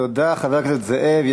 תודה, חבר הכנסת זאב.